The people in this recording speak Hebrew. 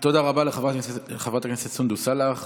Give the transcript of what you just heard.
תודה רבה לחברת הכנסת סונדוס סאלח.